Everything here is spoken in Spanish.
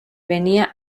venía